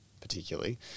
particularly